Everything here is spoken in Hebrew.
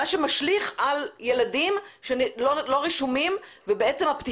מה שמשליך על ילדים לא רשומים ובעצם החקירה והפתיחה.